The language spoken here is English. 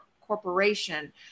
corporation